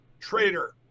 traitor